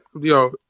Yo